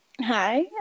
Hi